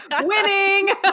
Winning